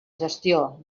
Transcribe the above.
gestió